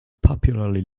popularly